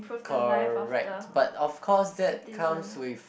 correct but of course that comes with